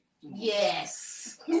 Yes